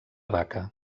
vaca